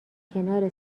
کنار